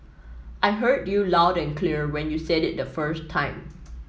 I heard you loud and clear when you said it the first time